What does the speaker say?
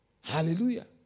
Hallelujah